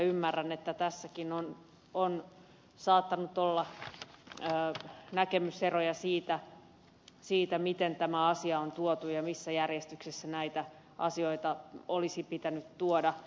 ymmärrän että tässäkin on saattanut olla näkemyseroja siitä miten tämä asia on tuotu ja missä järjestyksessä näitä asioita olisi pitänyt tuoda